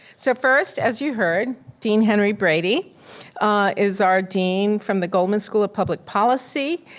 so first, as you heard, dean henry brady is our dean from the goldman school of public policy.